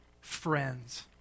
friends